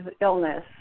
illness